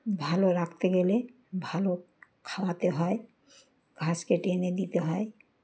ভালো রাখতে গেলে ভালো খাওয়াতে হয় ঘাস কেটে এনে দিতে হয়